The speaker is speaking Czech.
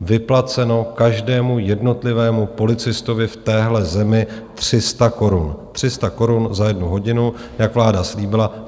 vyplaceno každému jednotlivému policistovi v téhle zemi 300 korun, 300 korun za jednu hodinu, jak vláda slíbila.